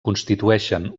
constitueixen